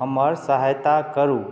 हमर सहायता करू